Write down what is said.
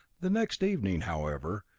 the next evening, however,